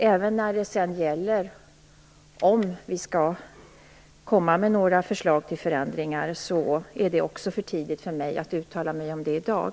Även frågan om vi skall komma med förslag till förändringar är det för tidigt för mig att uttala mig om i dag.